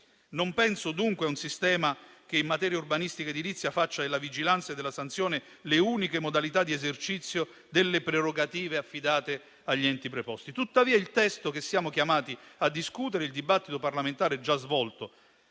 Non penso dunque a un sistema che in materia urbanistica ed edilizia faccia della vigilanza e della sanzione le uniche modalità di esercizio delle prerogative affidate agli enti preposti. Tuttavia, il testo che siamo chiamati a discutere e il dibattito parlamentare, sia quello